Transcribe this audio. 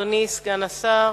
אדוני סגן שר